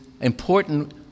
important